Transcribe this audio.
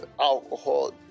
alcohol